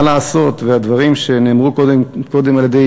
מה לעשות שהדברים שנאמרו קודם על-ידי